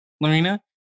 Lorena